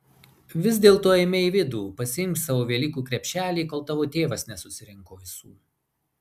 vis dėlto eime į vidų pasiimk savo velykų krepšelį kol tavo tėvas nesusirinko visų